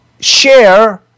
share